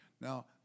Now